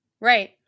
right